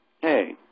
hey